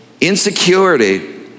Insecurity